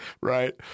Right